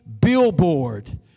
billboard